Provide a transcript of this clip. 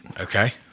Okay